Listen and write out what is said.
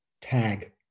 tag